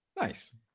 nice